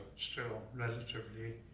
still relatively